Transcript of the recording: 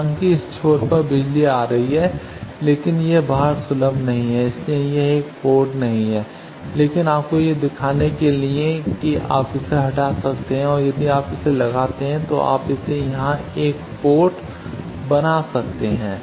हालाँकि इस छोर पर बिजली आ रही है लेकिन यह बाहर सुलभ नहीं है इसीलिए यह एक पोर्ट नहीं है लेकिन आपको यह दिखाने के लिए कि आप इसे हटा सकते हैं और यदि आप इसे लगाते हैं तो आप इसे यहाँ एक पोर्ट बना सकते हैं